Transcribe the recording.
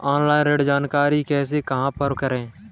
Online ऋण की जानकारी कैसे और कहां पर करें?